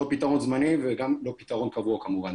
לא פתרון זמני וגם לא פתרון קבוע כמובן.